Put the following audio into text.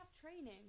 training